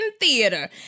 theater